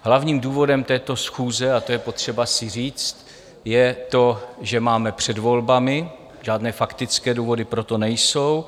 Hlavním důvodem této schůze a to je potřeba si říct je to, že máme před volbami, žádné faktické důvody pro to nejsou.